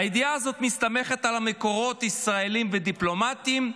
הידיעה הזאת מסתמכת על מקורות ישראליים ודיפלומטיים,